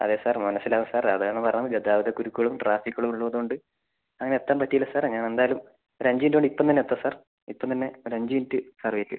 അതെ സാർ മനസ്സിലാവും സാർ അത് ആണ് പറഞ്ഞത് ഗതാഗത കുരുക്കുകളും ട്രാഫിക്കുകളും ഉള്ളത് കൊണ്ട് അങ്ങനെ എത്താൻ പറ്റിയില്ല സാർ ഞാൻ എന്തായാലും ഒര് അഞ്ച് മിനിറ്റ് കൊണ്ട് ഇപ്പം തന്നെ എത്താം സാർ ഇപ്പം തന്നെ ഒര് അഞ്ച് മിനിറ്റ് സാർ വെയിറ്റ് ചെയ്യ്